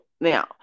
Now